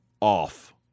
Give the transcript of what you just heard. off